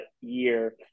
year